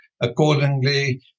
accordingly